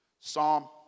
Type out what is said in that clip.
Psalm